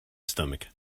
stomach